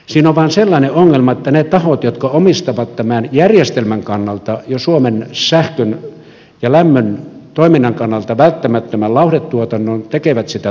siinä on vain sellainen ongelma että ne tahot jotka omistavat tämän järjestelmän kannalta ja suomen sähkön ja lämmön toiminnan kannalta välttämättömän lauhdetuotannon tekevät sitä tappiolla